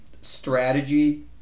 strategy